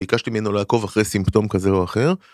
ביקשתי ממנו לעקוב אחרי סימפטום כזה או אחר.